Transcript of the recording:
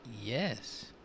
yes